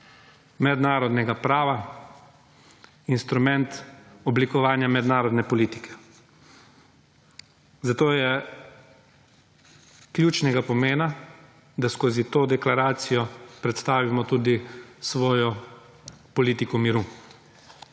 mednarodnega prava, instrument oblikovanja mednarodne politike. Zato je ključnega pomena, da skozi to deklaracijo predstavimo tudi svojo politiko miru.